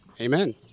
Amen